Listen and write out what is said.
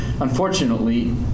unfortunately